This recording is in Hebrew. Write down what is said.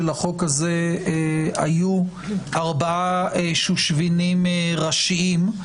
שלחוק הזה היו ארבעה שושבינים ראשיים.